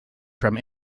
from